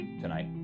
tonight